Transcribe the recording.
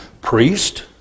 Priest